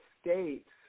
States